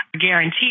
guaranteed